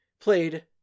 played